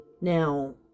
Now